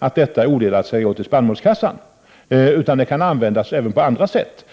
att detta odelat skall gå till spannmålskassan. Så står det inte heller i jordbruksutskottets betänkande. Det kan användas även på andra sätt.